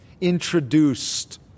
introduced